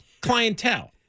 clientele